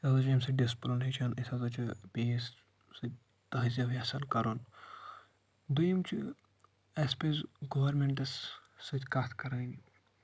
أسۍ ہسا چھِ ییمہِ سۭتۍ ڈسپٕلُن ہیٚچھان أسۍ ہسا چھِ پیٖس تہزیب یژھان کرُن دوٚیم چھُ اسہِ پزِ گورمِینٹس ستۭۍ کتھ کرٕنۍ